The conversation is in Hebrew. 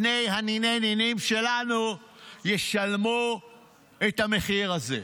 בני הניני-נינים שלנו ישלמו את המחיר הזה.